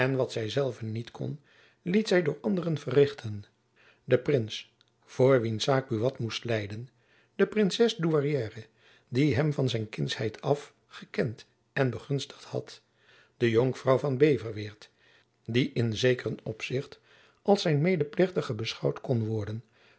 wat zy zelve niet kon liet zy door anderen verrichten de prins voor wiens zaak buat moest lijden de princes douairière die hem van zijn kindsheid af gekend en begunstigd had de jonkvrouw van beverweert die in zekeren opzichte als zijn medeplichtige beschouwd kon worden